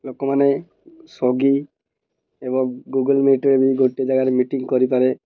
ଲୋକମାନେ ସ୍ଵିଗି ଏବଂ ଗୁଗୁଲ୍ ମିଟ୍ରେେ ବି ଗୋଟଏ ଜାଗାରେ ମିଟିଂ କରିପାରେ